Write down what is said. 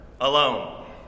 alone